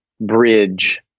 bridge